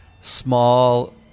small